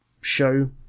show